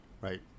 right